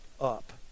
up